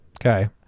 Okay